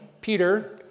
Peter